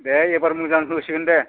दे एबार मोजां होसिगोन दे